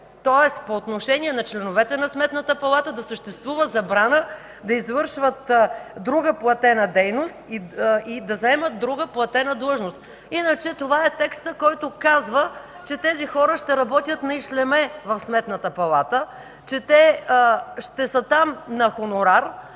Тоест по отношение на членовете на Сметната палата да съществува забрана да извършват друга платена дейност и да заемат друга платена длъжност. Иначе това е текстът, който казва, че тези хора ще работят на ишлеме в Сметната палата, че те ще са там на хонорар,